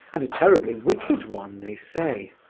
and a terribly wicked one, they say!